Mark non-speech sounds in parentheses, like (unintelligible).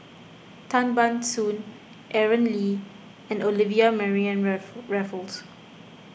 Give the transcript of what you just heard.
Tan Ban Soon Aaron Lee and Olivia Mariamne (unintelligible) Raffles